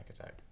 attack